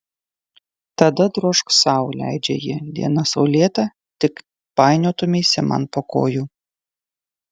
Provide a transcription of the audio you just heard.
tada drožk sau leidžia ji diena saulėta tik painiotumeisi man po kojų